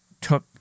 took